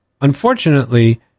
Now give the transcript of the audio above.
Unfortunately